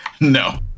no